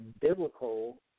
biblical